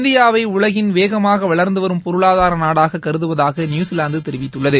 இந்தியாவை உலகின் வேகமாக வளர்ந்து வரும் பொருளாதார நாடாக கருதுவதாக நியூசிலாந்து தெரிவித்துள்ளது